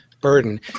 burden